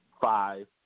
five